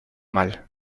mal